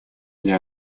для